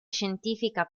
scientifica